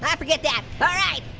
um forget that. alright,